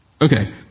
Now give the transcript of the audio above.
Okay